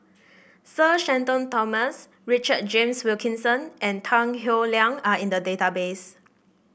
Sir Shenton Thomas Richard James Wilkinson and Tan Howe Liang are in the database